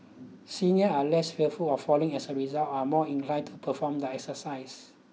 seniors are less fearful of falling and as a result are more inclined to perform their exercise